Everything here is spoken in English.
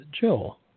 Jill